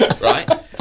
right